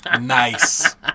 Nice